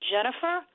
Jennifer